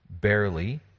barely